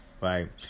right